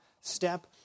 step